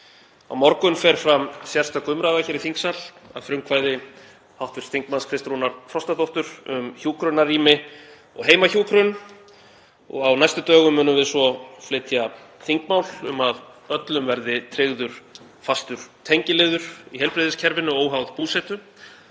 Á morgun fer fram sérstök umræða hér í þingsal að frumkvæði hv. þm. Kristrúnar Frostadóttur um hjúkrunarrými og heimahjúkrun og á næstu dögum munum við svo flytja þingmál um að öllum verði tryggður fastur tengiliður í heilbrigðiskerfinu óháð búsetu.